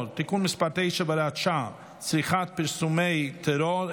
(תיקון מס' 9 והוראת שעה) (צריכת פרסומי טרור),